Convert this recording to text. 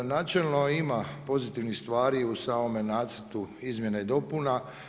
Načelno ima pozitivnih stvari u samome nacrtu izmjena i dopuna.